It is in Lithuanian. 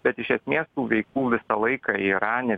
bet iš esmė tų veikų visą laiką yra ne